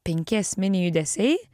penki esminiai judesiai